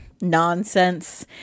nonsense